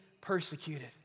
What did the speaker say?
persecuted